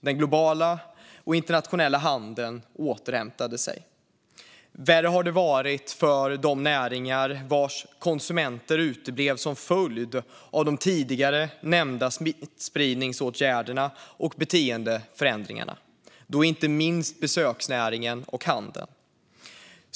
Den globala och internationella handeln återhämtade sig. Värre har det varit för de näringar vars konsumenter uteblev som följd av de tidigare nämnda smittspridningsåtgärderna och beteendeförändringarna. Det gäller inte minst besöksnäringen och handeln.